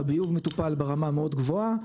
הביוב מטופל ברמה מאוד גבוהה,